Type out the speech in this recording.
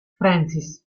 francis